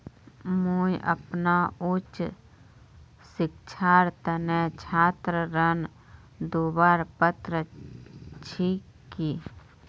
मुई अपना उच्च शिक्षार तने छात्र ऋण लुबार पत्र छि कि?